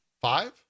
five